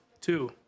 Two